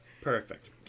Perfect